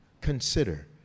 Consider